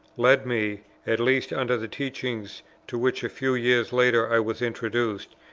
led me, at least under the teaching to which a few years later i was introduced,